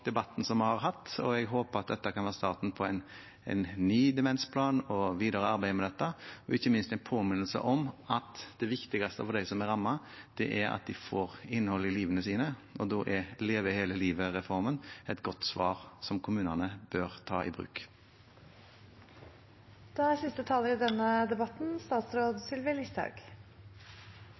debatten vi har hatt. Jeg håper at dette kan være starten på en ny demensplan og videre arbeid med dette, og ikke minst en påminnelse om at det viktigste for dem som er rammet, er at de får innhold i livet sitt. Da er Leve hele livet-reformen et godt svar som kommunene bør ta i bruk. Jeg vil starte med å takke for debatten. Det er